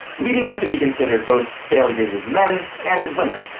leaving them to be considered both failures as men and as women.